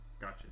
gotcha